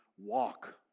walk